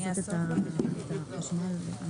11:10.